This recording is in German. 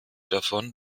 davon